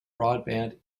broadband